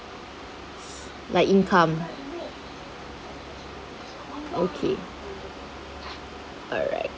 like income okay alright